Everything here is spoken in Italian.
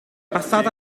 passata